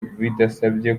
bidasabye